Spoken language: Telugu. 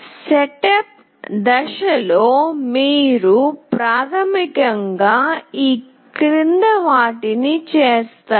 సెటప్ దశలో మీరు ప్రాథమికం గా ఈ క్రింది వాటిని చేస్తారు